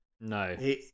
No